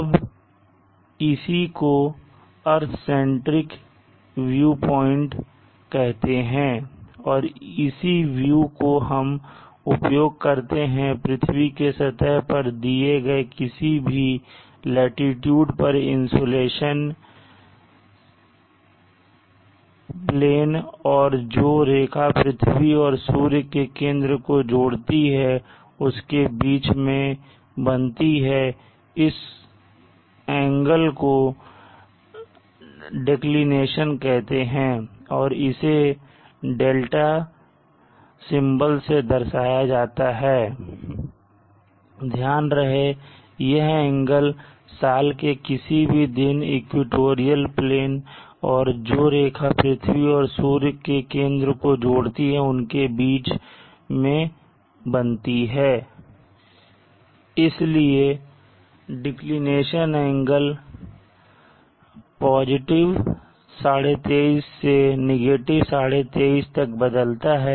अब इसी को अर्थ सेंट्रिक व्यू कहते हैं और इसी व्यू को हम उपयोग करते हैं पृथ्वी के सतह पर दिए गए किसी भी लाटीट्यूड पर इंसुलेशन यल प्लेन और जो रेखा पृथ्वी और सूर्य के केंद्र को जोड़ती है उसके बीच में बनती है इस कोड को डिक्लिनेशन कहते हैं और इसे δ प्रतीक से दर्शाया जाता है ध्यान रहे यह कोड साल के किसी भी दिन इक्वेटोरियल प्लेन और जो रेखा पृथ्वी और सूर्य के केंद्र को जोड़ती है उनके बीच में बनती है इसलिए डिक्लिनेशन एंगल 23 ½ 0 से 23 ½ 0 तक बदलता है